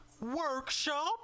workshop